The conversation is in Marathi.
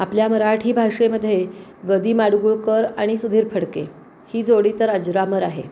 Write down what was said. आपल्या मराठी भाषेमध्ये ग दी माडगूळकर आणि सुधीर फडके ही जोडी तर अजरामर आहे